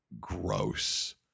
gross